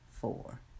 four